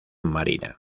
marina